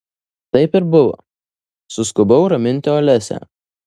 taip ir buvo suskubau raminti olesią